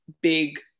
big